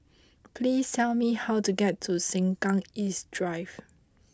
please tell me how to get to Sengkang East Drive